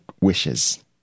wishes